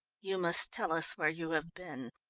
you must tell us where you have been.